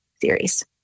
series